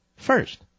first